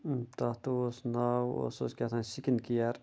تَتھ اوس ناو اوس کہتانۍ سِکِن کِیر